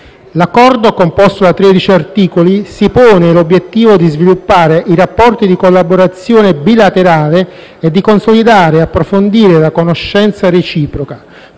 L'Accordo, composto da tredici articoli, si pone l'obiettivo di sviluppare i rapporti di collaborazione bilaterale, e di consolidare e approfondire la conoscenza reciproca,